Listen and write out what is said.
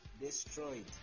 destroyed